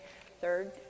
Third